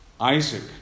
Isaac